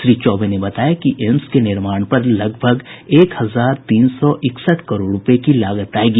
श्री चौबे ने बताया कि एम्स के निर्माण पर लगभग एक हजार तीन सौ एकसठ करोड़ रूपये की लागत आयेगी